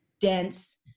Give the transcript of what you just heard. dense